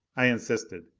i insisted,